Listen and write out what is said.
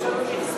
יש לנו מכסה.